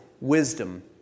wisdom